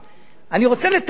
אני רוצה לתאר לכם,